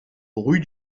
rue